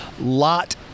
lot